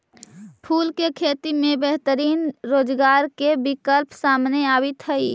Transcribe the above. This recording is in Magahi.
फूल के खेती से बेहतरीन रोजगार के विकल्प सामने आवित हइ